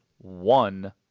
One